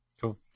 cool